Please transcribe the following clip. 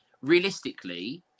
Realistically